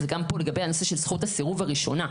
זה גם פה לגבי הנושא של זכות הסירוב הראשונה.